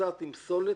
שנוסעת עם פסולת,